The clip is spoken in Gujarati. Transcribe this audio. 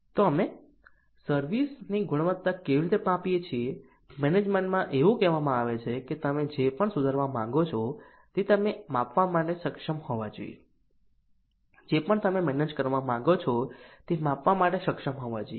તો અમે સર્વિસ ની ગુણવત્તા કેવી રીતે માપીએ છીએ મેનેજમેન્ટમાં એવું કહેવામાં આવે છે કે તમે જે પણ સુધારવા માંગો છો તે તમે માપવા માટે સક્ષમ હોવા જોઈએ જે પણ તમે મેનેજ કરવા માંગો છો તે માપવા માટે સક્ષમ હોવા જોઈએ